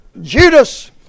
Judas